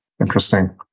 interesting